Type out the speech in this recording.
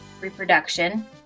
Reproduction